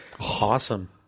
awesome